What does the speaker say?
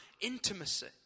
intimacy